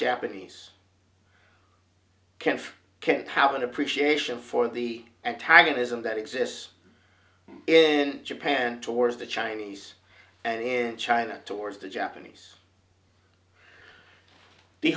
can't have an appreciation for the antagonism that exists in japan towards the chinese and china towards the japanese the